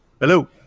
Hello